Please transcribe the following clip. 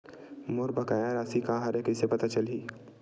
मोर बकाया राशि का हरय कइसे पता चलहि?